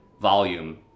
volume